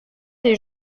des